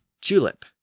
julep